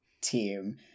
team